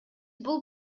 бул